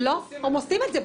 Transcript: הם עושים את זה.